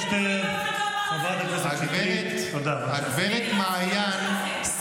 שאתה לא צריך להאמין.